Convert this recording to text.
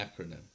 acronym